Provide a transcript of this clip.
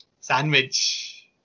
Sandwich